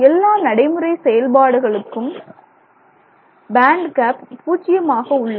எல்லா நடைமுறை செயல்பாடுகளுக்கும் செயல்பாடுகளிலும் பேண்ட் கேப் பூஜ்ஜியமாக உள்ளது